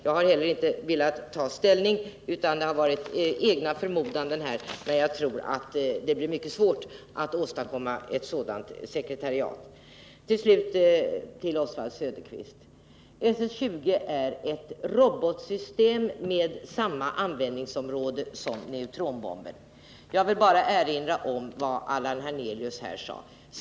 Jag har ännu inte velat ta ställning, men jag tror att det blir mycket svårt att åstadkomma ett sådant sekretariat. Till slut, Oswald Söderqvist: SS-20 är ett robotsystem med samma användningsområde som neutronbomben. Jag vill bara erinra om vad Allan Hernelius sade.